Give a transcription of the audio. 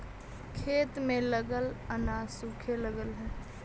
खेत में लगल अनाज सूखे लगऽ हई